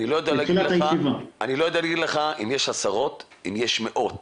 אני לא יודע לומר לך אם יש עשרות או אם יש מאות